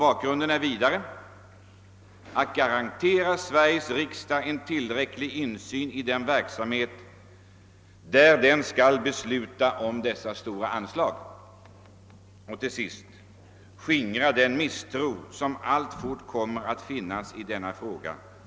Bakgrunden är vidare att garantera Sveriges riksdag tillräcklig insyn i den verksamhet för vilken den skall besluta om så stora anslag. Till sist måste man skingra den misstro hos allmänheten, som alltjämt kommer att finnas rörande denna fråga.